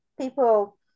people